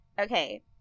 okay